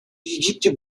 египте